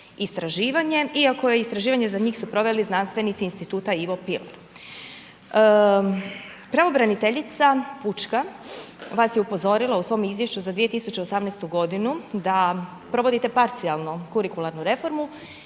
istraživanje, iako je istraživanje, za njih su proveli znanstvenici instituta Ivo Pil. Pravobraniteljica, pučka, vas je upozorila u svom izvješću za 2018. g. da provodite parcijalno kurikularnu reformu